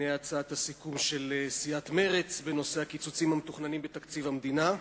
הנה הצעת הסיכום של סיעת מרצ בנושא הקיצוצים המתוכננים בתקציב המדינה: